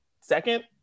second